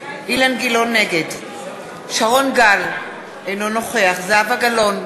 נגד שרון גל, אינו נוכח זהבה גלאון,